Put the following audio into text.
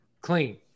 clean